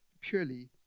purely